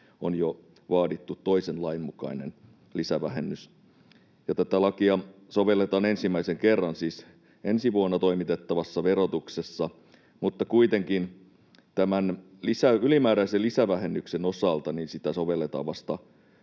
on jo vaadittu toisen lain mukainen lisävähennys. Tätä lakia sovelletaan ensimmäisen kerran siis ensi vuonna toimitettavassa verotuksessa, mutta kuitenkin tämän ylimääräisen lisävähennyksen osalta sitä sovelletaan vasta